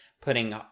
putting